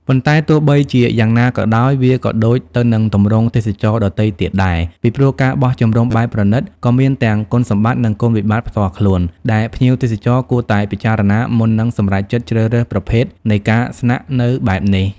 ប៉ុន្តែទោះបីជាយ៉ាងណាក៏ដោយ វាក៏ដូចទៅនឹងទម្រង់ទេសចរណ៍ដទៃទៀតដែរ ពីព្រោះការបោះជំរំបែបប្រណីត ក៏មានទាំងគុណសម្បត្តិ និងគុណវិបត្តិផ្ទាល់ខ្លួន ដែលភ្ញៀវទេសចរគួរតែពិចារណាមុននឹងសម្រេចចិត្តជ្រើសរើសប្រភេទនៃការស្នាក់នៅបែបនេះ។